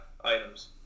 items